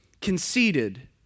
conceded